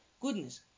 goodness